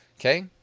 Okay